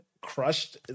crushed